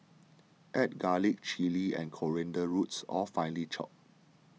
add garlic chilli and coriander roots all finely chopped